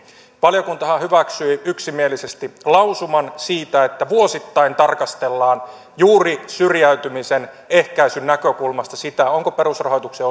valiokuntahan hyväksyi yksimielisesti lausuman siitä että vuosittain tarkastellaan juuri syrjäytymisen ehkäisyn näkökulmasta sitä onko perusrahoituksen